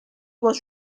was